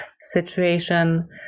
situation